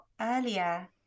earlier